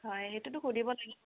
হয় সেইটোটো সুধিব লাগিব